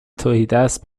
تهیدست